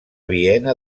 viena